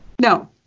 no